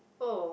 oh